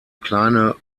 kleine